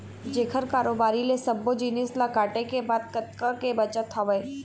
जेखर कारोबारी ले सब्बो जिनिस ल काटे के बाद कतका के बचत हवय